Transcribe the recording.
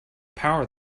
power